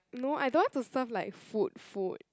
no I don't want to serve like food food